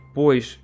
pois